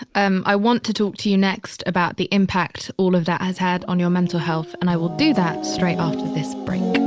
um i want to talk to you next about the impact all of that has had on your mental health. and i will do that straight after this break.